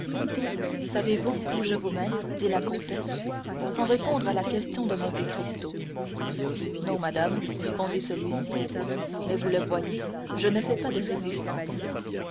savez-vous où je vous mène dit la comtesse sans répondre à la question de monte cristo non madame répondit celui-ci amis vous le voyez je ne fais pas de résistance